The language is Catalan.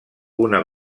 una